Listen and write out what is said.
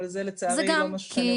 אבל זה לצערי לא משהו שאני אוכל לסייע.